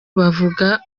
bavuga